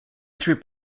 through